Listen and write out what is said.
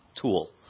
tool